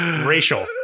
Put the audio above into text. Racial